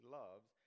loves